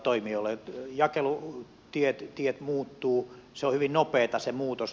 jakelutiet muuttuvat se on hyvin nopeata se muutos